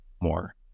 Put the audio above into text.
more